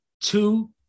two